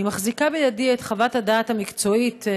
אני מחזיקה בידי את חוות הדעת המקצועית,